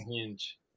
hinge